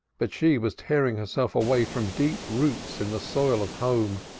but she was tearing herself away from deep roots in the soil of home,